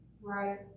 Right